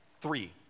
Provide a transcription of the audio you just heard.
three